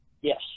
Yes